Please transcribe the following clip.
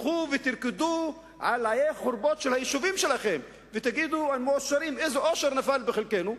תלכו ותרקדו על החורבות של היישובים שלכם ותגידו איזה אושר נפל בחלקנו,